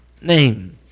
name